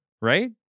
right